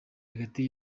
hagati